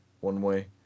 one-way